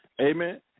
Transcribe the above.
Amen